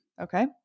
Okay